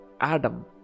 Adam